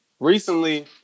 recently